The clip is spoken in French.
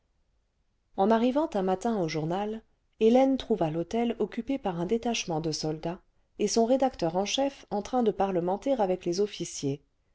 en arrivant un matin au journal hélène trouva l'hôtel occupé par un détachement de soldats et son rédacteur en chef en train de parlementer avec les officiers